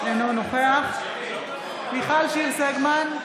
אינו נוכח מיכל שיר סגמן,